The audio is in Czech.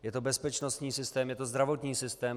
Je to bezpečnostní systém, je to zdravotní systém.